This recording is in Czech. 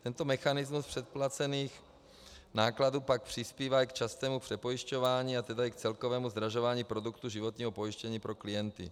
Tento mechanismus předplacených nákladů pak přispívá k častému přepojišťování, a tedy i k celkovému zdražování produktu životního pojištění pro klienty.